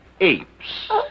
apes